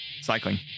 Cycling